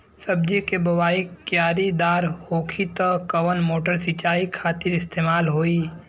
सब्जी के बोवाई क्यारी दार होखि त कवन मोटर सिंचाई खातिर इस्तेमाल होई?